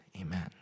Amen